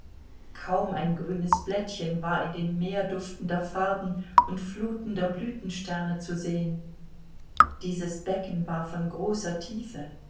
kaum ein grünes blättchen war in dem meer duftender farben und flutender blütensterne zu sehen dieses becken war von großer tiefe